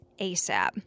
ASAP